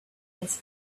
its